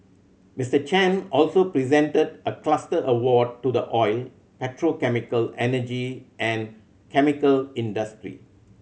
Mister Chan also presented a cluster award to the oil petrochemical energy and chemical industry